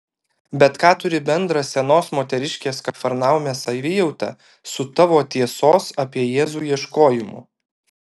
bet ką turi bendra senos moteriškės kafarnaume savijauta su tavo tiesos apie jėzų ieškojimu